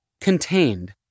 contained